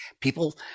People